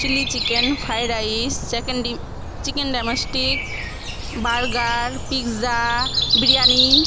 chilli chicken fried rice chicken D chicken drumstick burger pizza biryani